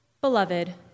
Beloved